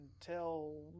tell